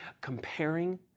comparing